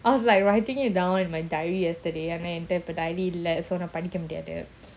I was like writing it down in my diary yesterday I mean நான்படிக்கமுடியாது:nan padikka mudiathu